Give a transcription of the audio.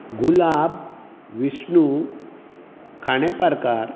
गुलाब Vishnu Khandeparkar